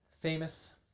Famous